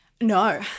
No